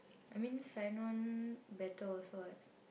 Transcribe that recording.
I mean sign on better also [what]